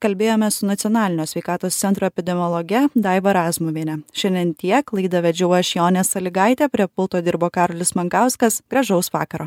kalbėjomės su nacionalinio sveikatos centro epidemiologe daiva razmuviene šiandien tiek laidą vedžiau aš jonė sąlygaitė prie pulto dirbo karolis mankauskas gražaus vakaro